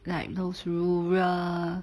like those rural